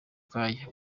kanya